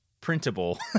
printable